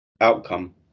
outcome